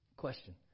question